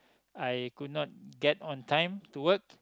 I could not get on time to work